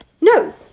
No